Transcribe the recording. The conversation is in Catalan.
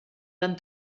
van